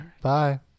Bye